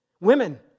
Women